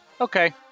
okay